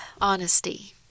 Honesty